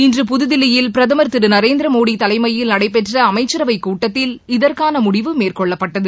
இன்று புதுதில்லியில் பிரதமர் திரு நரேந்திரமோடி தலைமையில் நடைபெற்ற அமைச்சரவைக் கூட்டத்தில் இதற்கான முடிவு மேற்கொள்ளப்பட்டது